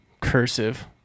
Cursive